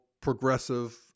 progressive